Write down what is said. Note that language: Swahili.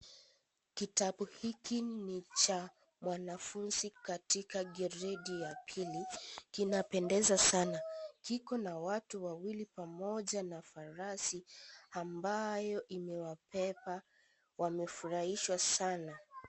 Kitabu hiki ni cha mwanafunzi katika gredi ya pili kinapendeza sana. Kiko na watu wawili pamoja na farasi ambayo imewabeba wamefurahishwa sana.